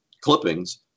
clippings